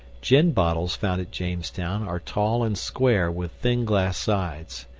gin bottles found at jamestown are tall and square with thin glass sides.